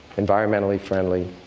environmentally friendly?